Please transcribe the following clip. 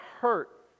hurt